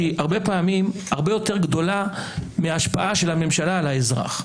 שהיא הרבה פעמים הרבה יותר גדולה מההשפעה של הממשלה על האזרח.